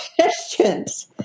questions